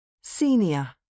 Senior